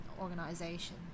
organization